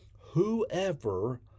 whoever